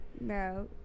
No